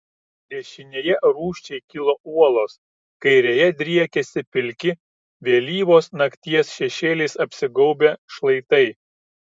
dešinėje rūsčiai kilo uolos kairėje driekėsi pilki vėlyvos nakties šešėliais apsigaubę šlaitai